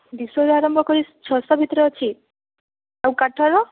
ଦୁଇ ଶହରୁ ଆରମ୍ଭ କରି ଛଅ ଶହ ଭିତରେ ଅଛି ଆଉ କାଠର